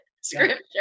scripture